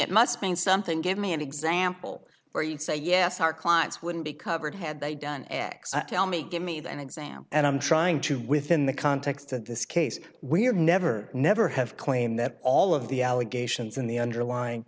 it must mean something give me an example where you'd say yes our clients wouldn't be covered had they done x tell me give me the an exam and i'm trying to within the context of this case we have never never have claimed that all of the allegations in the underlying